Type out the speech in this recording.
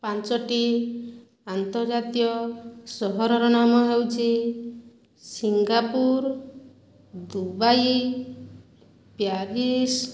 ପାଞ୍ଚଟି ଅନ୍ତର୍ଜାତୀୟ ସହରର ନାମ ହେଉଛି ସିଙ୍ଗାପୁର ଦୁବାଇ ପ୍ୟାରିସ